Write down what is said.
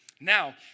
Now